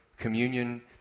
communion